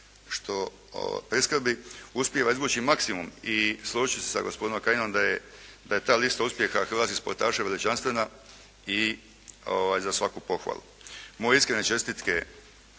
što priskrbi, uspijeva izvući maksimum i služit ću se sa gospodinom Kajinom da je ta lista uspjeha hrvatskih sportaša veličanstvena i za svaku pohvalu. Moje iskrene čestitke